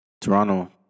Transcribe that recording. Toronto